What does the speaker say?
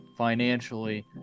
financially